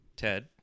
Ted